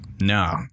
No